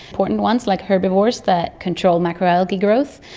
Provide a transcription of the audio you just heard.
important ones like herbivores that control macroalgae growth,